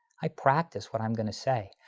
i practice what i'm going to say.